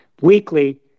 Weekly